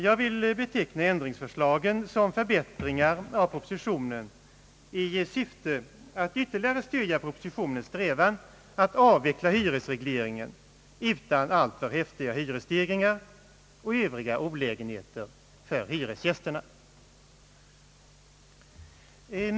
Jag vill beteckna ändringsförslagen som förbättringar av propositionen i syfte att ytterligare stödja propositionens strävan att avveckla hyresregleringen utan alltför häftiga hyresstegringar och övriga olägenheter för hyresgästerna.